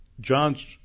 John's